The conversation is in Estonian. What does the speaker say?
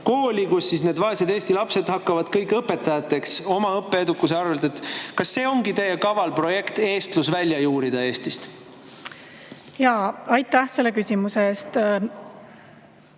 kooli, kus need vaesed eesti lapsed hakkavad kõik õpetajateks oma õppeedukuse arvel. Kas see ongi teie kaval projekt, eestlus välja juurida Eestist? Aitäh selle küsimuse